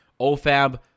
OFAB